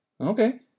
okay